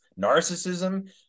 narcissism